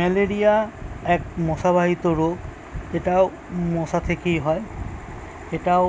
malaria এক মশাবাহিত রোগ এটাও মশা থেকেই হয় এটাও